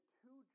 two